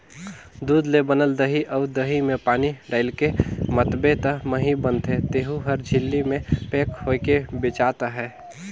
दूद ले बनल दही अउ दही में पानी डायलके मथबे त मही बनथे तेहु हर झिल्ली में पेक होयके बेचात अहे